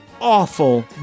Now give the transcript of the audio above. awful